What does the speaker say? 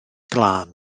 glân